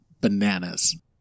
bananas